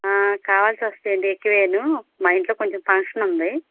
కావాల్సి వస్తాయండి ఎక్కువ మా ఇంట్లో కొంచెం ఫంక్షన్ ఉంది